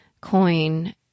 Coin